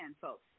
folks